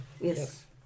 yes